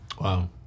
Wow